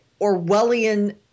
Orwellian